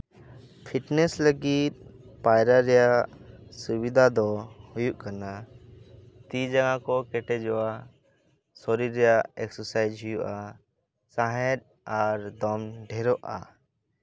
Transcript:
fitness ᱞᱟᱹᱜᱤᱫ ᱯᱟᱭᱨᱟ ᱨᱮᱭᱟᱜ ᱥᱩᱵᱤᱫᱟ ᱫᱚ ᱦᱩᱭᱩᱜ ᱠᱟᱱᱟ ᱛᱤ ᱡᱟᱸᱜᱟ ᱠᱚ ᱠᱮᱴᱮᱡᱚᱜᱼᱟ ᱥᱚᱨᱤᱨ ᱨᱮᱭᱟᱜ ᱮᱠᱥᱮᱥᱟᱭᱤᱡᱽ ᱦᱩᱭᱩᱜᱼᱟ ᱥᱟᱦᱮᱫ ᱟᱨ ᱫᱚᱢ ᱰᱷᱮᱨᱚᱜᱼᱟ